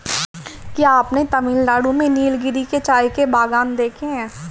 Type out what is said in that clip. क्या आपने तमिलनाडु में नीलगिरी के चाय के बागान देखे हैं?